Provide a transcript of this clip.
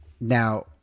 Now